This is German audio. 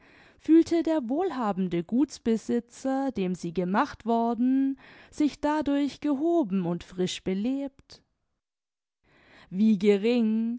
fühlte der wohlhabende gutsbesitzer dem sie gemacht worden sich dadurch gehoben und frisch belebt wie gering